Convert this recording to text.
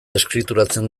eskrituratzen